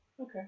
Okay